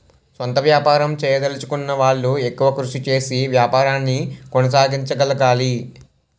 సొంత వ్యాపారం చేయదలచుకున్న వాళ్లు ఎక్కువ కృషి చేసి వ్యాపారాన్ని కొనసాగించగలగాలి